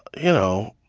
you know,